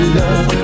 love